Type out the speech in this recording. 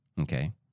Okay